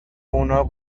اونا